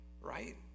right